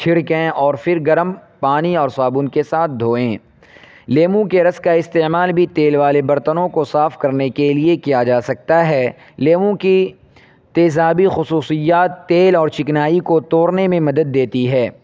چھڑکیں اور پھر گرم پانی اور صابن کے ساتھ دھوئیں لیمو کے رس کا استعمال بھی تیل والے برتنوں کو صاف کرنے کے لیے کیا جا سکتا ہے لیمو کی تیزابی خصوصیات تیل اور چکنائی کو توڑنے میں مدد دیتی ہے